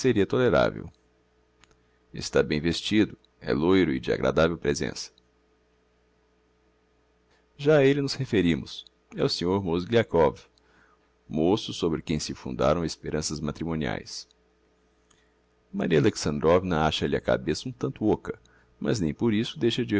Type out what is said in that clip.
a engraçado seria toleravel está bem vestido é loiro e de agradavel presença já a elle nos referimos é o senhor mozgliakov môço sobre quem se fundaram esperanças matrimoniaes maria alexandrovna acha lhe a cabeça um tanto ôca mas nem por isso deixa de